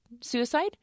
suicide